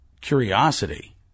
curiosity